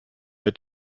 mit